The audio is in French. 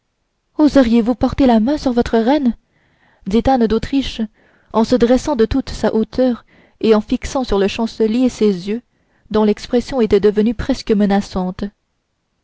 oserez vous porter la main sur votre reine dit anne d'autriche en se dressant de toute sa hauteur et en fixant sur le chancelier ses yeux dont l'expression était devenue presque menaçante